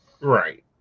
Right